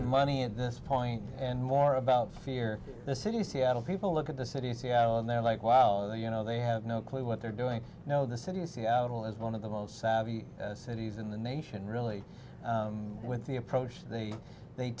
money at this point and more about fear the city seattle people look at the city of seattle and they're like wow they you know they have no clue what they're doing you know the city of seattle is one of the most savvy cities in the nation really with the approach they they